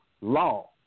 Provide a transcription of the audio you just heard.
law